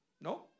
No